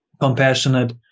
compassionate